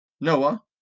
Noah